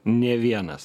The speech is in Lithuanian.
nė vienas